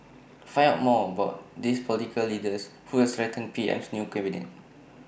find out more about these political leaders who will strengthen PM's new cabinet